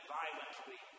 violently